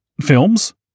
films